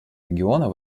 региона